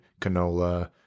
canola